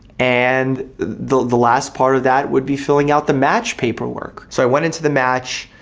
and the the last part of that would be filling out the match paperwork. so i went into the match,